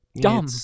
Dumb